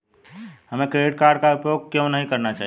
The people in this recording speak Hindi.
हमें क्रेडिट कार्ड का उपयोग क्यों नहीं करना चाहिए?